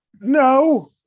No